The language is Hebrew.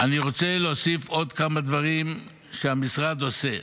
אני רוצה להוסיף עוד כמה דברים שהמשרד עושה.